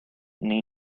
nei